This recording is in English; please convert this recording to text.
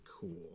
cool